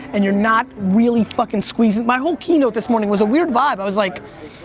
and you're not really fucking squeezing. my whole keynote this morning was a weird vibe, i was like,